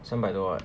三百多 [what]